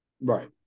Right